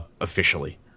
officially